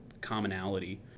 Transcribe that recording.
commonality